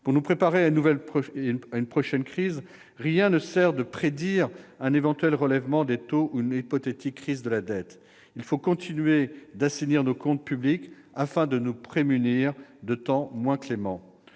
Pour nous préparer à une prochaine crise, rien ne sert de prédire un éventuel relèvement des taux ou une hypothétique crise de la dette : il faut continuer d'assainir nos comptes publics, afin de nous prémunir de temps moins cléments.